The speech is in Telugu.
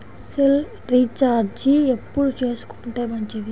సెల్ రీఛార్జి ఎప్పుడు చేసుకొంటే మంచిది?